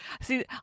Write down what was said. See